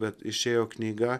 bet išėjo knyga